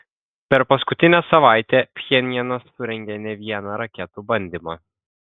per paskutinę savaitę pchenjanas surengė ne vieną raketų bandymą